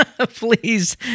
please